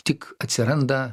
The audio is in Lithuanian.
tik atsiranda